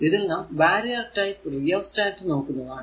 ഇതിൽ നാം barrier type rheostat നോക്കുന്നതാണ്